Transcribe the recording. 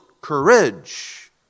courage